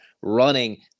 running